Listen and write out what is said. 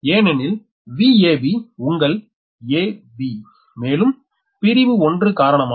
ஏனெனில் Vab உங்கள் a b மேலும் பிரிவு 1 காரணமாக